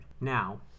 Now